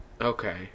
Okay